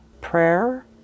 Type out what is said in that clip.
prayer